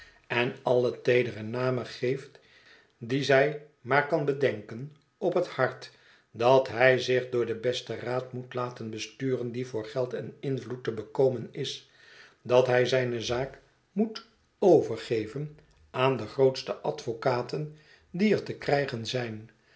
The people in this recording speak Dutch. en alle teeclere namen geeft die zij maar kan bedenken op het hart dat hij zich door den besten raad moet laten besturen die voor geld en invloed te bekomen is dat hij zijne zaak moet overgeven aan de grootste advocaten die er te krijgen zijn